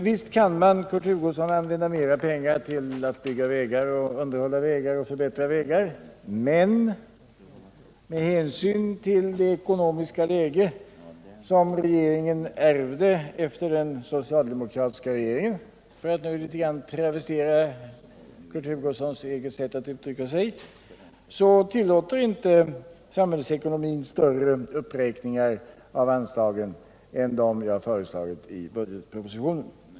Visst kan man, Kurt Hugosson, använda mera pengar till att bygga vägar och underhålla vägar och förbättra vägar, men med hänsyn till det ekonomiska läge som regeringen ärvde efter den socialdemokratiska regeringen — för att nu litet grand travestera Kurt Hugossons eget uttryckssätt — tillåter inte samhällsekonomin större uppräkningar av anslagen än dem jag har föreslagit i budgetpropositionen.